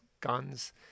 guns